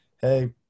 Hey